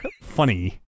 funny